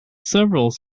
several